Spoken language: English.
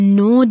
no